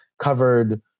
covered